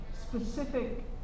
specific